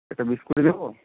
একটা বিস্কুট দেবো